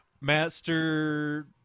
Master